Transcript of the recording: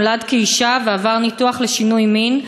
נולד כאישה ועבר ניתוח לשינוי מין,